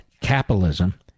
capitalism